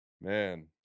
man